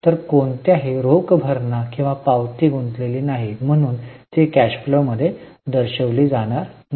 तर कोणत्याही रोख भरणा किंवा पावती गुंतलेली नाही म्हणून ती कॅश फ्लो मध्ये दर्शविली जाणार नाही